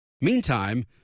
Meantime